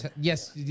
Yes